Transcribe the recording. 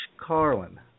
Carlin